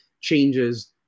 changes